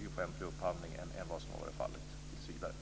i offentlig upphandling än som har varit fallet hittills.